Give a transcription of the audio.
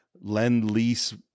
lend-lease